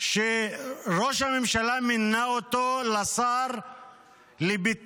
שראש הממשלה מינה אותו לשר